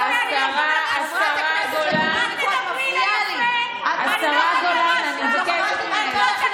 השרה גולן, השרה גולן, אני מבקשת ממך.